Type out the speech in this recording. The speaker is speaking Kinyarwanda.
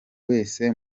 wese